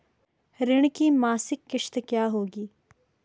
ऋण की मासिक किश्त क्या होगी?